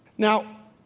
now,